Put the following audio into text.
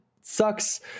sucks